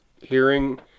hearing